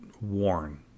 worn